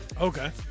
okay